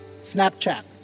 Snapchat